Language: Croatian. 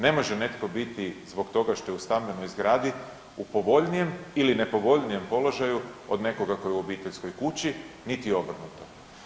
Ne može netko biti zbog toga što je u stambenoj zgradi u povoljnijem ili nepovoljnijem položaju od nekoga tko je u obiteljskoj kući niti obrnuto.